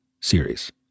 series